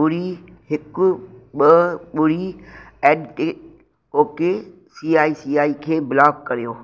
ॿुड़ी हिक ॿ ॿुड़ी at A okay C I C I खे ब्लॉक कयो